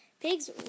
Pigs